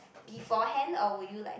before hand or will you like